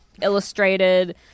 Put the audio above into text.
illustrated